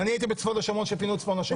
והייתי בצפון השומרון כשפינו את צפון השומרון.